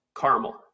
caramel